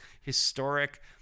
historic